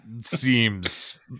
seems